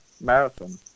marathon